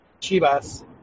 Chivas